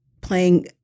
playing